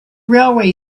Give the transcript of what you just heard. railway